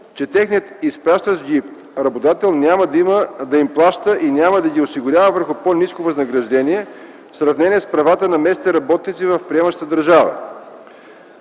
че техният изпращащ ги работодател няма да им плаща и няма да ги осигурява върху по-ниско възнаграждение, в сравнение с това на местните работници в приемащата държава.